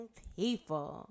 people